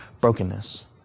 brokenness